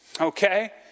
okay